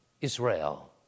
Israel